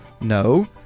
No